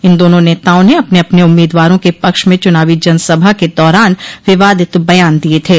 इन दोनों नेताओं ने अपने अपने उम्मीदवारों के पक्ष में चुनावी जनसभा के दौरान विवादित बयान दिये थे